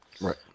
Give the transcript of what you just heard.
Right